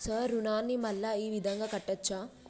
Sir రుణాన్ని మళ్ళా ఈ విధంగా కట్టచ్చా?